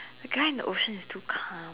the guy in the ocean is too calm